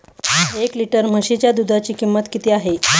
एक लिटर म्हशीच्या दुधाची किंमत किती आहे?